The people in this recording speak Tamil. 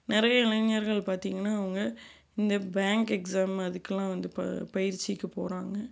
நிறைய இளைஞர்கள் பார்த்தீங்கனா அவங்க இந்த பேங்க் எக்ஸாம் அதுக்கெலாம் வந்து ப பயிற்சிக்கு போகிறாங்க